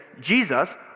Jesus